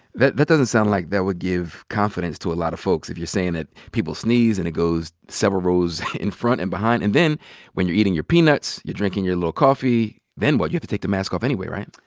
that that doesn't sound like that would give confidence to a lot of folks, if you're saying that people sneeze and it goes several rows in front and behind. and then when you're eating your peanuts, you're drinking your little coffee, then what? you have to take the mask off anyway, right?